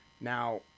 Now